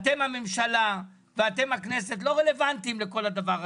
אתם הממשלה ואתם הכנסת לא רלוונטיים לכל הדבר הזה.